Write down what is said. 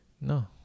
no